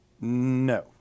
No